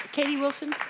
katie wilson,